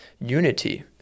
unity